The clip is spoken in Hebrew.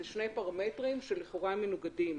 אלה שני פרמטרים שלכאורה הם מנוגדים.